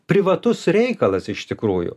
privatus reikalas iš tikrųjų